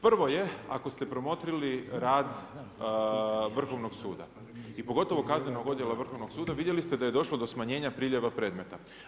Prvo je, ako ste promotrili rad Vrhovnog suda i pogotovo kaznenog odjela Vrhovnog suda, vidjeli ste da je došlo do smanjenja priljeva predmeta.